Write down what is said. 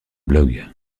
blog